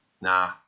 Nah